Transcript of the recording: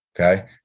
Okay